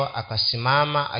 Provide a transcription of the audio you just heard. akasimama